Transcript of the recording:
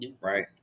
right